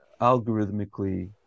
algorithmically